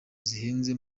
zihenze